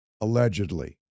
allegedly